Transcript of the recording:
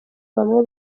bamwe